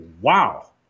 wow